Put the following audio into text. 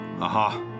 Aha